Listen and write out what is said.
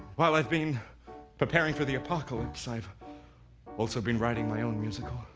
while i've been preparing for the apocalypse, i've also been writing my own musical